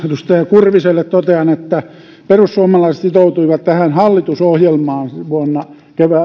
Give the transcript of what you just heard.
edustaja kurviselle totean että perussuomalaiset sitoutuivat tähän hallitusohjelmaan